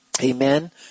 Amen